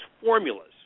formulas